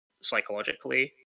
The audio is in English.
psychologically